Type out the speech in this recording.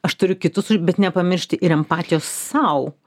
aš turiu kitus bet nepamiršti ir empatijos sau